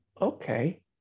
okay